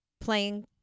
playing